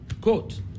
Quote